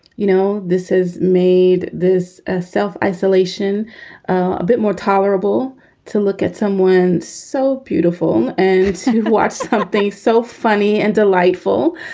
you know, this has made this ah self-isolation a bit more tolerable to look at someone so beautiful and watch something so funny and delightful.